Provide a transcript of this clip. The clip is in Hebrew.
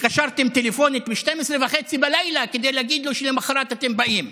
התקשרתם טלפונית ב-24:30 כדי להגיד לו שלמוחרת אתם באים.